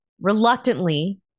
Reluctantly